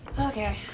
Okay